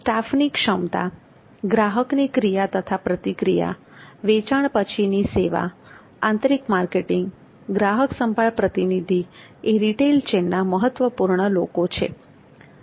સ્ટાફની ક્ષમતા ગ્રાહકની ક્રિયા તથા પ્રતિક્રિયા વેચાણ પછીની સેવા આંતરિક માર્કેટિંગ ગ્રાહક સંભાળ પ્રતિનિધિ એ રિટેલ ચેઇનના મહત્વપૂર્ણ લોકો છે